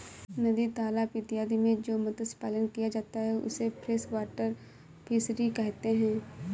नदी तालाब इत्यादि में जो मत्स्य पालन किया जाता है उसे फ्रेश वाटर फिशरी कहते हैं